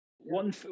One